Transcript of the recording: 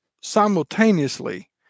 simultaneously